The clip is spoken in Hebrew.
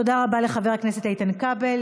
תודה רבה לחבר הכנסת איתן כבל.